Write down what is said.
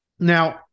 Now